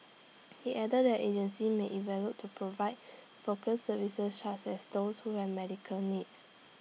he added that agencies may to provide focused services such as those who have medical needs